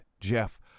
Jeff